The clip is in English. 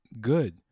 good